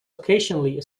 occasionally